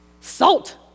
Salt